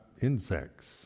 insects